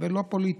ולא פוליטיקה,